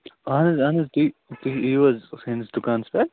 اَہَن حظ اَہَن حظ تُہۍ تُہۍ یِیِو حظ سٲنِس دُکانَس پٮ۪ٹھ